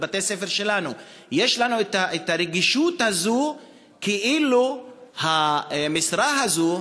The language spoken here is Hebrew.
בבתי-ספר שלנו יש לנו את הרגישות הזאת כאילו המשרה הזאת,